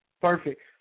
Perfect